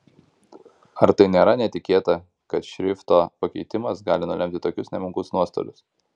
ar tai nėra netikėta kad šrifto pakeitimas gali nulemti tokius nemenkus nuostolius